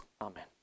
Amen